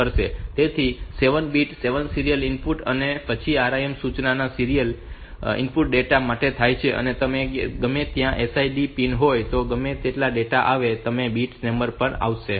તેથી આ 7 bits 7 serial data input માટે છે અને પછી RIM સૂચના સીરીયલ ઇનપુટ ડેટા માટે છે અને ત્યાં ગમે તે SID પિન હોય અને ગમે તે ડેટા આવે તો પણ તે બીટ નંબર 7 પર આવશે